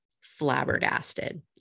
flabbergasted